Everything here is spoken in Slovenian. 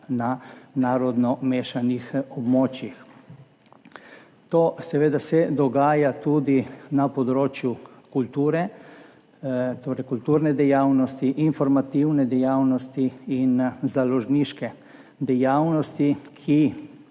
na narodno mešanih območjih. To se dogaja tudi na področju kulture, torej kulturne dejavnosti, informativne dejavnosti in založniške dejavnosti, ki